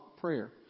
prayer